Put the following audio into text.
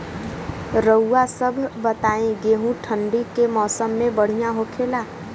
रउआ सभ बताई गेहूँ ठंडी के मौसम में बढ़ियां होखेला?